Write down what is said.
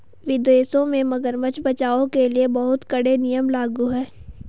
विदेशों में मगरमच्छ बचाओ के लिए बहुत कड़े नियम लागू हैं